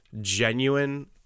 genuine